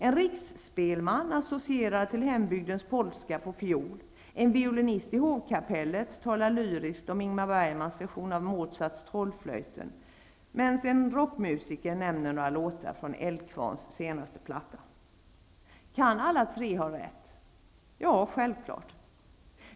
En riksspelman associerar till hembygdens polska på fiol, en violinist i hovkapellet talar lyriskt om Ingmar Bergmans version av Mozarts Trollflöjten, medan en rockmusiker nämner några låtar från Eldkvarns senaste platta. Kan alla tre ha rätt? Ja, självklart.